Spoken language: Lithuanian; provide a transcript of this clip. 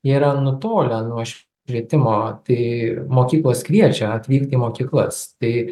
yra nutolę nuo plitimo kai mokyklos kviečia atvykti į mokyklas kai